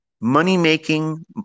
money-making